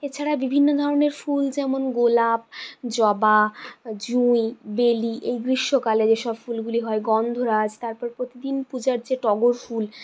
এছাড়া বিভিন্ন ধরনের ফুল যেমন গোলাপ জবা জুঁই বেলি এই গ্রীষ্মকালে যেসব ফুলগুলি হয় গন্ধরাজ তারপর প্রতিদিন পূজার যে টগর ফুল